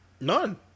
None